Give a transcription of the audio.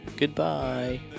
Goodbye